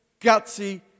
gutsy